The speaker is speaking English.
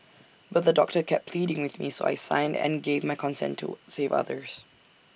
but the doctor kept pleading with me so I signed and gave my consent to save others